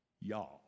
Y'all